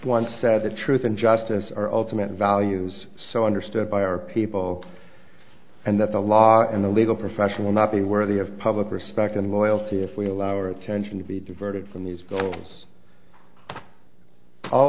once said that truth and justice are ultimate values so understood by our people and that the law in the legal profession will not be worthy of public respect and loyalty if we allow our attention to be diverted from these goals all